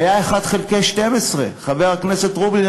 היו 1 חלקי 12. חבר הכנסת רובי,